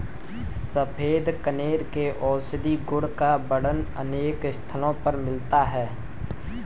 सफेद कनेर के औषधीय गुण का वर्णन अनेक स्थलों पर मिलता है